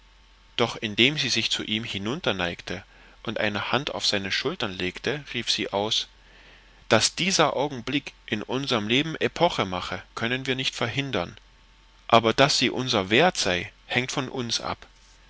doch indem sie sich zu ihm hinunterneigte und eine hand auf seine schultern legte rief sie aus daß dieser augenblick in unserm leben epoche mache können wir nicht verhindern aber daß sie unser wert sei hängt von uns ab